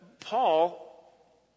Paul